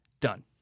done